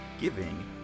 giving